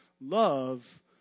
love